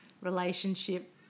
relationship